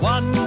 One